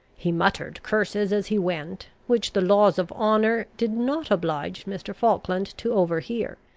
he muttered curses as he went, which the laws of honour did not oblige mr. falkland to overhear,